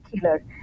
killer